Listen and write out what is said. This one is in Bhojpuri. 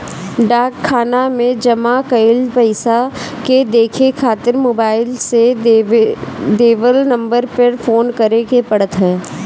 डाक खाना में जमा कईल पईसा के देखे खातिर मोबाईल से देवल नंबर पे फोन करे के पड़त ह